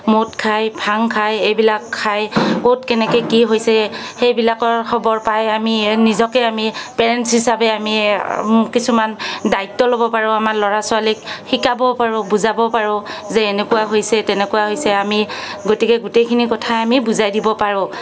মদ খাই ভাং খাই এইবিলাক খাই ক'ত কেনেকৈ কি হৈছে সেইবিলাকৰ খবৰ পাই আমি নিজকে আমি পেৰেণ্টছ হিচাপে আমি কিছুমান দায়িত্ব ল'ব পাৰোঁ আমাৰ ল'ৰা ছোৱালীক শিকাবও পাৰোঁ বুজাবও পাৰোঁ যে এনেকুৱা হৈছে তেনেকুৱা হৈছে আমি গতিকে গোটেইখিনি কথাই আমি বুজাই দিব পাৰোঁ